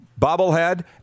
Bobblehead